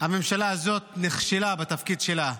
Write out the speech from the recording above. הממשלה הזאת נכשלה בתפקיד שלה,